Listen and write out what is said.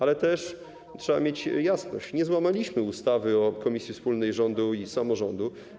Ale trzeba mieć jasność, że nie złamaliśmy ustawy o komisji wspólnej rządu i samorządu.